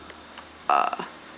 uh